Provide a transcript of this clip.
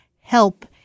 help